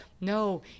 No